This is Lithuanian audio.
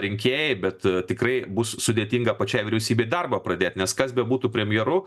rinkėjai bet tikrai bus sudėtinga pačiai vyriausybei darbą pradėt nes kas bebūtų premjeru